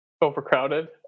overcrowded